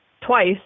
twice